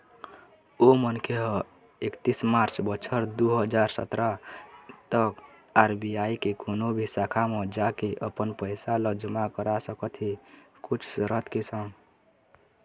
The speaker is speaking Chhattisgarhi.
ओ मनखे ह एकतीस मार्च बछर दू हजार सतरा तक आर.बी.आई के कोनो भी शाखा म जाके अपन पइसा ल जमा करा सकत हे कुछ सरत के संग